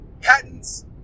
patents